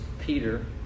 Peter